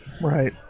Right